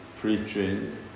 preaching